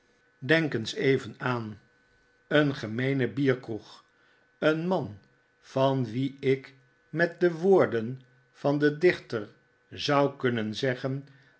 denk eens even aan een gemeene bierkroeg een man van wien ik met de woorden van den dichter zou kunnen zeggen